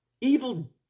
evil